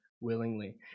willingly